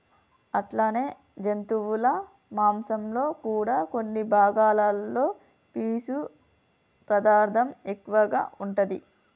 అట్లనే జంతువుల మాంసంలో కూడా కొన్ని భాగాలలో పీసు పదార్థం ఎక్కువగా ఉంటాది